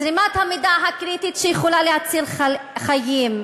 זרימת המידע הקריטית שיכולה להציל חיים.